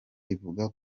ivuga